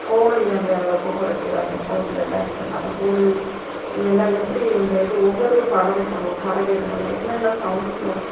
கோழி அந்த கொக்கரிக்கிற அந்த சௌண்ட்ல எல்லாம் இது பண்ண அந்த கோழி எல்லாம் எப்படி இந்த இது ஒவ்வொரு பறவைகளும் பறவை இனங்களும் என்னென்ன சௌண்ட்டில்